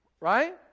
Right